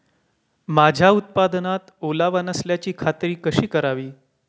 माझ्या उत्पादनात ओलावा नसल्याची खात्री कशी करावी?